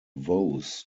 vows